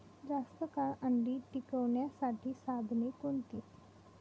जास्त काळ अंडी टिकवण्यासाठी साधने कोणती?